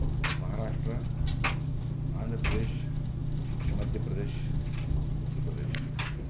Maharashtra Andhra Pradesh Madhya Pradesh Uttar Pradesh